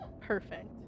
Perfect